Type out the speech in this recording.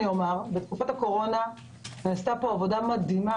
בתקופת הקורונה נעשתה עבודה מדהימה